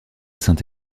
saint